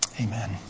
Amen